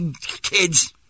kids